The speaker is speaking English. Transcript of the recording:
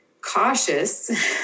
cautious